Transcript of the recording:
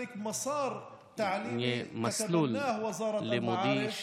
שיהיה מסלול לימודי,